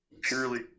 purely